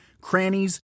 crannies